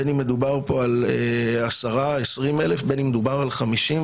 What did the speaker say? בין אם מדובר פה על 10,000-20,000 ובין אם מדובר על 50,000,